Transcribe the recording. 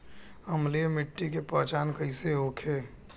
अम्लीय मिट्टी के पहचान कइसे होखे?